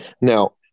Now